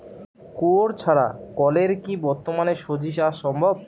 কুয়োর ছাড়া কলের কি বর্তমানে শ্বজিচাষ সম্ভব?